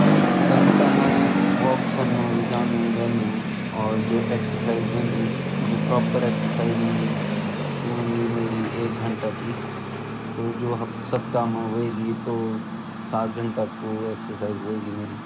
तन त मैं वाॅक करन जांदु रेंदू और जु एक्सरसाइज होंदी जु प्रोपर एक्सरसाइज होंदी सु होंदी मेरी एक घण्टा की त जु सप्ताह म होएगी तो सात घण्टा की एक्सरसाइज होएगी मेरी।